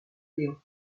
léon